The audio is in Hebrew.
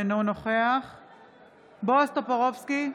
אינו נוכח בועז טופורובסקי,